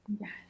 Yes